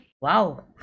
Wow